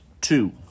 two